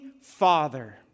father